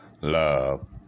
love